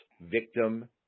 Victim